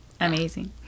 amazing